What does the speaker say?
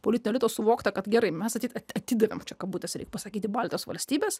politinio elito suvokta kad gerai mes tik atidavėme čia kabutes reik pasakyti baltijos valstybes